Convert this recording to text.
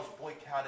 boycotted